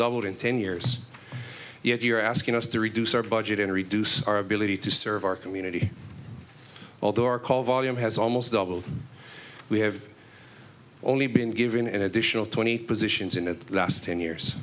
doubled in ten years yet you're asking us to reduce our budget and reduce our ability to serve our community although our call volume has almost doubled we have only been given an additional twenty positions in the last ten years